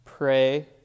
pray